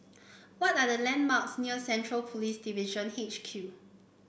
what are the landmarks near Central Police Division H Q